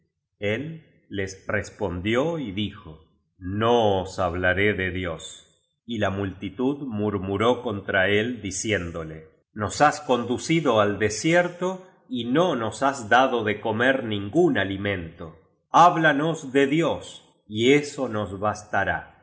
el ies respondió y dijo no os hablaré de dios y la multitud murmuró contra é diciéndole nos has conducido ai desierto y no nos has dado á co mer ningún alimento habíanos de dios y eso nos bastará